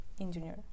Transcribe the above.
engineer